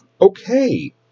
Okay